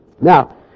Now